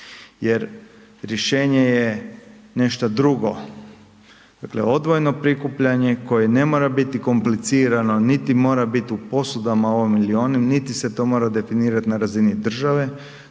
jer rješenje je nešto drugo, dakle odvojeno prikupljanje koje ne mora biti komplicirano niti mora biti u posudama ovim ili onim, niti se mora definirati na razini države,